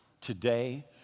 Today